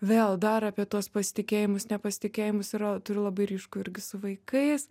vėl dar apie tuos pasitikėjimus nepasitikėjimas yra turiu labai ryškų irgi su vaikais